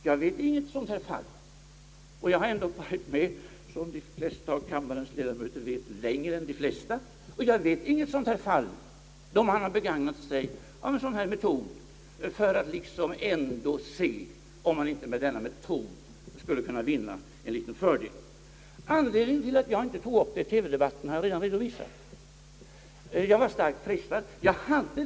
Som flertalet av kammarens ledamöter vet har jag varit med i politiken längre än de flesta, men jag vet inte något fall då man har begagnat sig av en sådan metod för att se om man ändå inte därigenom skulle kunna vinna en liten fördel. Anledningen till att jag inte tog upp denna sak i TV-debatten har redan redovisats. Jag var starkt frestad att göra det.